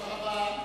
תודה רבה.